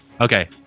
Okay